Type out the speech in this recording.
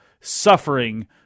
suffering